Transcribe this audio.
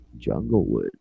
Junglewood